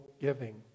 giving